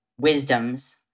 wisdoms